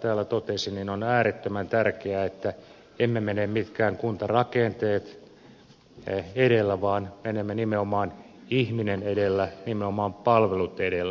täällä totesi on äärettömän tärkeää että emme mene mitkään kuntarakenteet edellä vaan menemme nimenomaan ihminen edellä nimenomaan palvelut edellä